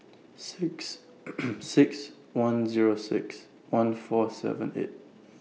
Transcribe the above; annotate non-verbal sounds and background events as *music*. six *noise* six one Zero six one four seven eight